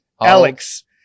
Alex